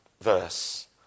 verse